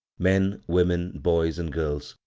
men, women, boys, and girls,